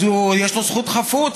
אז יש לו זכות חפות,